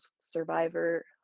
Survivor